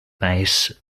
bass